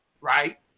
right